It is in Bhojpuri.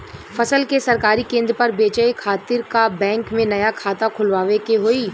फसल के सरकारी केंद्र पर बेचय खातिर का बैंक में नया खाता खोलवावे के होई?